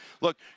look